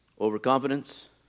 Overconfidence